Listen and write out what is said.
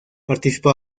participó